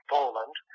Poland